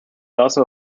also